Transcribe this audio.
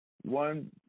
one